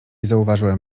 zauważyłem